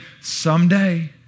someday